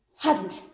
haven't.